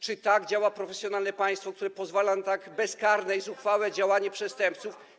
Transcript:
Czy tak działa profesjonalne państwo, pozwala na tak bezkarne i zuchwałe działania przestępców?